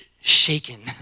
shaken